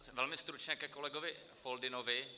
Jen velmi stručně ke kolegovi Foldynovi.